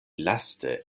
laste